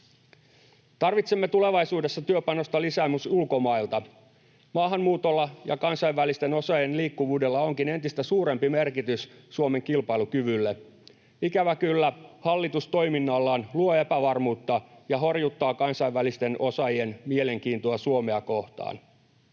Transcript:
Tarvitsemme tulevaisuudessa työpanosta lisää myös ulkomailta. Maahanmuutolla ja kansainvälisten osaajien liikkuvuudella onkin entistä suurempi merkitys Suomen kilpailukyvylle. Ikävä kyllä hallitus toiminnallaan luo epävarmuutta ja horjuttaa kansainvälisten osaajien mielenkiintoa Suomea kohtaan.